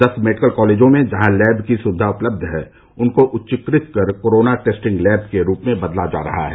दस मेडिकल कॉलेजों में जहां लैब की सुविधाएं उपलब्ध है उनको उच्चीकृत कर कोरोना टेस्टिंग लैब के रूप में बदला जा रहा है